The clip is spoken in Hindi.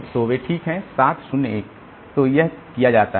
तो वे ठीक हैं 7 0 1 तो यह किया जाता है